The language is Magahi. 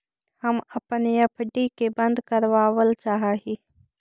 हम अपन एफ.डी के बंद करावल चाह ही